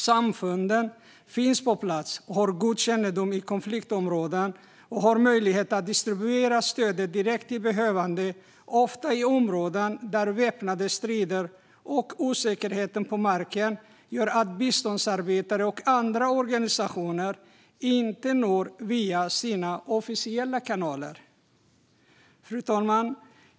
Samfunden finns på plats, har god kännedom i konfliktområden och har ofta möjlighet att distribuera stödet direkt till behövande i områden där väpnade strider och osäkerheten på marken gör att biståndsarbetare och andra organisationer inte når fram via officiella kanaler. Fru talman!